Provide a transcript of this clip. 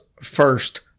first